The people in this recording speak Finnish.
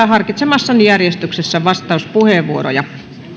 harkitsemassani järjestyksessä vastauspuheenvuoroja